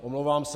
Omlouvám se.